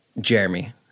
Jeremy